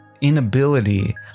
inability